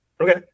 Okay